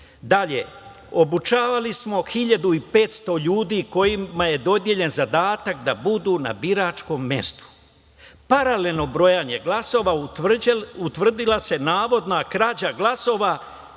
obučavali smo 1.500 ljudi kojima je dodeljen zadatak da budu na biračkom mestu. Paralelno brojanje glasova, utvrdila se navodna krađa glasova